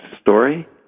story